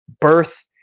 birth